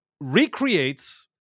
recreates